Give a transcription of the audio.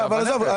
אבל עזוב,